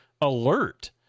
alert